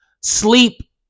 sleep